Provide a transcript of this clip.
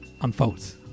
Unfolds